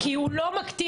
כי הוא לא מקטין.